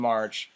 March